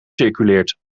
circuleert